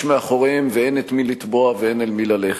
מאחוריהם ואין את מי לתבוע ואין אל מי ללכת.